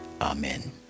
Amen